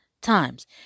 times